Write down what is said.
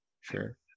sure